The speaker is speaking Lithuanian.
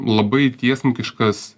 labai tiesmukiškas